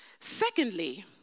Secondly